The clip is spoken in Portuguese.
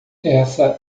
essa